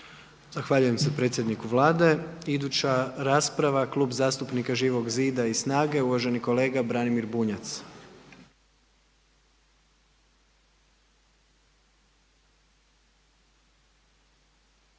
Zahvaljujem se predsjedniku Vlade. Iduća rasprava Klub zastupnika Živog zida i SNAGA-e uvaženi kolega Branimir Bunjac.